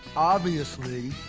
obviously.